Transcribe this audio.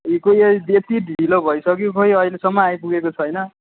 खोइ के अरे यति ढिलो भइसक्यो खोइ अहिलेसम्म आइपुगेको छैन